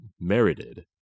merited